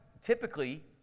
typically